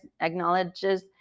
acknowledges